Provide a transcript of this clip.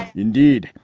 indeed.